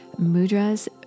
mudras